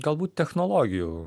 galbūt technologijų